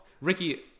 Ricky